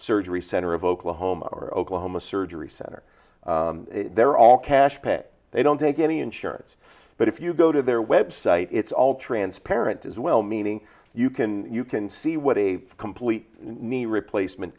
surgery center of oklahoma or oklahoma surgery center they're all cash pay they don't take any insurance but if you go to their web site it's all transparent as well meaning you can you can see what a complete knee replacement